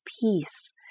peace